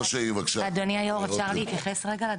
אדוני היו"ר, אפשר להתייחס רגע?